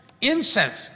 incense